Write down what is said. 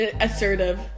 assertive